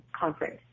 conference